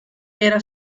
era